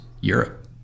Europe